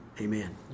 Amen